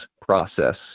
process